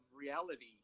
reality